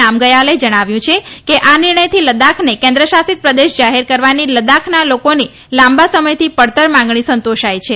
નામગયાલે જણાવ્યું છે કે આ નિર્ણયથી લદ્દાખને કેન્દ્રશાસિત પ્રદેશ જાહેર કરવાની લદ્વાખના લોકોની લાંબા સમયથી પડતર માગણી સંતોષાઇ છે